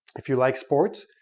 if you like sports,